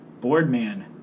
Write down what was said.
Boardman